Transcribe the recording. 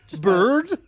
bird